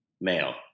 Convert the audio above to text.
male